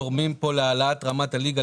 תורמים פה להעלאת רמת הליגה,